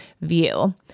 view